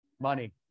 money